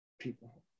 people